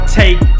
take